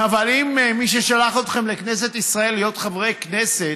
אבל אם מי ששלחו אתכם לכנסת ישראל להיות חברי כנסת